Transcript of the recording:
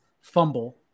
fumble